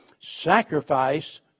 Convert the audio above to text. sacrifice